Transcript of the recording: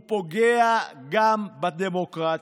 הוא פוגע גם בדמוקרטיה.